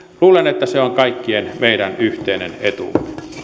luulen että se on kaikkien meidän yhteinen etumme